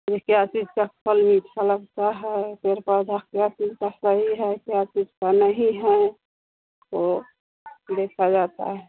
इनके आशीष का फल मीठा लगता है पेर पौधा क्या चीज़ का सही है क्या चीज़ का नहीं है ओ देखा जाता है